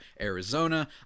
Arizona